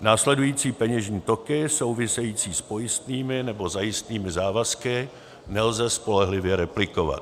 Následující peněžní toky související s pojistnými nebo zajistnými závazky nelze spolehlivě replikovat: